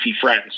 friends